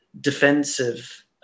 defensive